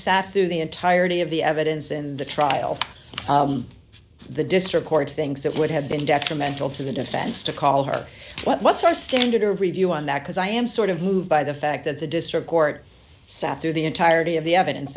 sat through the entirety of the evidence in the trial the district court things that would have been detrimental to the defense to call her what's our standard or review on that because i am sort of moved by the fact that the district court sat through the entirety of the evidence